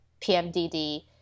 pmdd